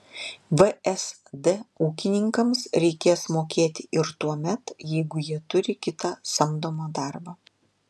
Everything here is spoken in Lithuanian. vsd ūkininkams reikės mokėti ir tuomet jeigu jie turi kitą samdomą darbą